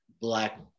black